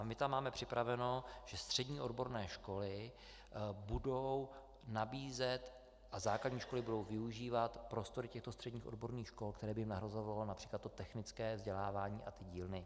My tam máme připraveno, že střední odborné školy budou nabízet a základní školy budou využívat prostory těchto středních odborných škol, které by nahrazovalo např. to technické vzdělávání a dílny.